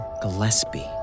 Gillespie